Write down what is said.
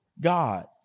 God